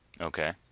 Okay